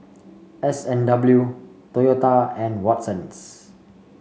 S and W Toyota and Watsons